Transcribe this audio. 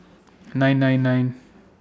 nine nine nine